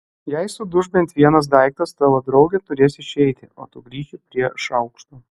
jei suduš bent vienas daiktas tavo draugė turės išeiti o tu grįši prie šaukštų